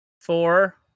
Four